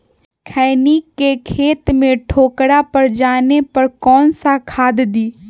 खैनी के खेत में ठोकरा पर जाने पर कौन सा खाद दी?